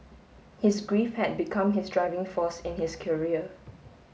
his grief had become his driving force in his career